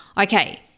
Okay